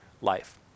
life